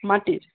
মাটির